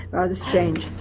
rather strange.